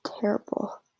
terrible